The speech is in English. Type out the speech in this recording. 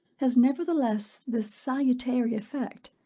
has nevertheless this salutary effect,